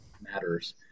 matters